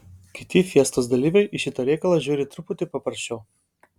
kiti fiestos dalyviai į šitą reikalą žiūri truputį paprasčiau